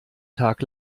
tag